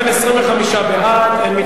התש"ע 2010, לדיון מוקדם בוועדה שתקבע ועדת הכנסת.